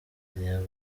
intego